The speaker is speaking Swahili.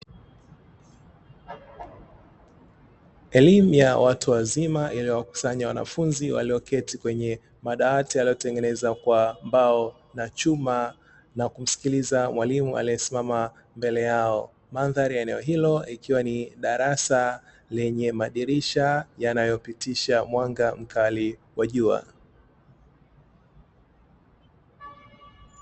Elimu ya watu wazima iliyowakusanya wanafunzi walioketi kwenye madawati yaliyotengenezwa kwa mbao na chuma, na kumskiliza mwalimu aliesimama mbele yao. Mandhari ya eneo hilo ikiwa ni darasa lenye madirisha yanayopitisha mwanga wa jua.